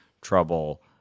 trouble